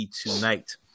tonight